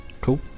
Cool